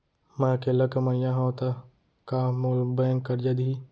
मैं अकेल्ला कमईया हव त का मोल बैंक करजा दिही?